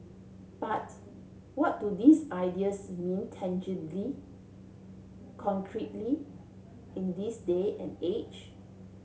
but what do these ideas mean tangibly concretely in this day and age